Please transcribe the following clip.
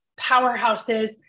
powerhouses